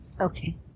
Okay